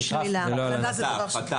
הפחתה.